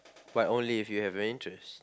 but only if you have an interest